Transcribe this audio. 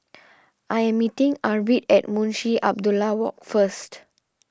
I am meeting Arvid at Munshi Abdullah Walk first